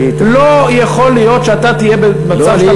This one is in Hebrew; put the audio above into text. לא יכול להיות שאתה תהיה במצב,